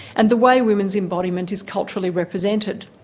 and the way women's embodiment is culturally represented.